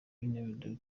w’intebe